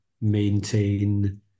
maintain